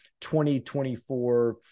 2024